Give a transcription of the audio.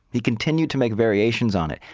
he continued to make variations on it,